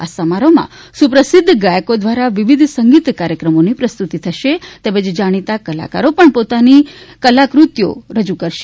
આ સમારોહમાં સુપ્રસિધ્ધ ગાયકો દ્વારા વિવિધ સંગીત કાર્યક્રમોની પ્રસ્તુતિ થશે તેમજ જાણીતા કલાકારો પણ પોતાની કલા રજૂ કરશે